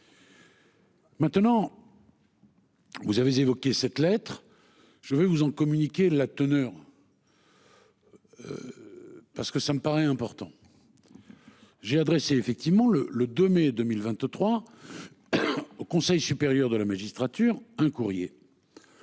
Maintenant. Vous avez évoqué cette lettre, je vais vous en communiquer la teneur. Parce que ça me paraît important. J'ai adressé effectivement le le 2 mai 2023. Au Conseil supérieur de la magistrature. Un courrier.